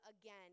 Again